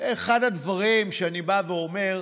זה אחד הדברים שאני אומר: